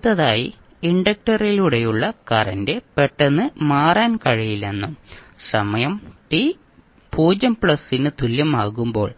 അടുത്തതായി ഇൻഡക്റ്ററിലൂടെയുള്ള കറന്റ് പെട്ടെന്ന് മാറാൻ കഴിയില്ലെന്നും സമയം t 0 പ്ലസിന് തുല്യമാകുമ്പോൾ